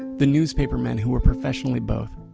the newspaper men who are professionally both.